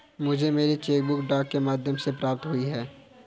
मुझे मेरी cheque book डाक के माध्यम से प्राप्त हुई है